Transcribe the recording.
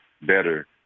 better